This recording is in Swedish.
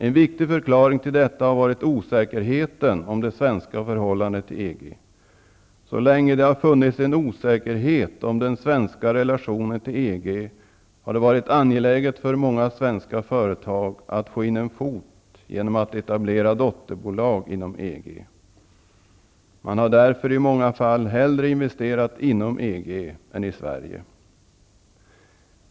En viktig förklaring till detta har varit osäkerheten om det svenska förhållandet till EG. Så länge det har funnits en osäkerhet om den svenska relationen till EG har det varit angeläget för många svenska företag att få in en ''fot'' genom att etablera dotterbolag inom EG. Man har därför i många fall hellre investerat inom EG än i Sverige.